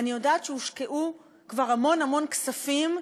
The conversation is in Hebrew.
אני יודעת שהושקעו כבר המון המון כספים,